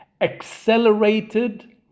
accelerated